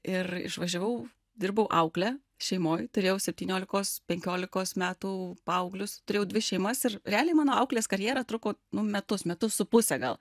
ir išvažiavau dirbau aukle šeimoj turėjau septyniolikos penkiolikos metų paauglius turėjau dvi šeimas ir realiai mano auklės karjera truko metus metus su puse gal